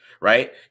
right